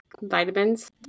Vitamins